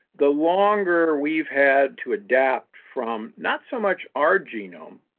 the longer we've had to adapt from, not so much our genome,